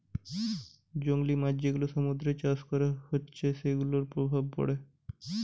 জংলী মাছ যেগুলা সমুদ্রতে চাষ করা হতিছে সেগুলার প্রভাব পড়ে